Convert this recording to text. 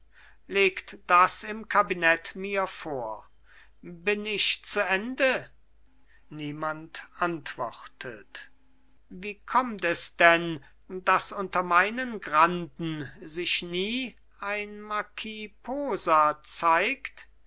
legt das im kabinett mir vor bin ich zu ende niemand antwortet wie kommt es denn daß unter meinen granden sich nie ein marquis posa zeigt